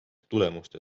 tulemuste